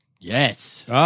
yes